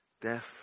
Death